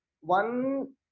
one